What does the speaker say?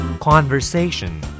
Conversation